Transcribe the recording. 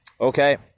okay